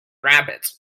rabbits